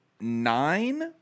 nine